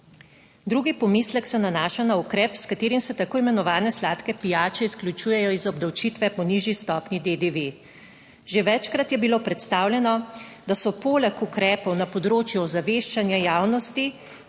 Drugi pomislek se nanaša na ukrep, s katerim se tako imenovane sladke pijače izključujejo iz obdavčitve po nižji stopnji DDV. Že večkrat je bilo predstavljeno, da so poleg ukrepov na področju ozaveščanja javnosti,